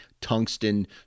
Tungsten